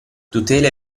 tutela